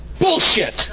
Bullshit